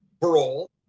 parole